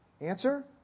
answer